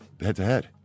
head-to-head